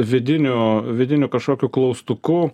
vidiniu vidiniu kažkokiu klaustuku